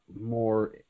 more